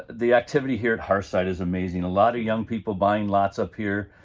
the activity here at hearthside is amazing. a lot of young people buying lots up here,